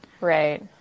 Right